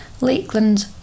Lakeland